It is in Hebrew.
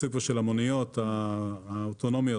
הניסוי של המוניות האוטונומיות.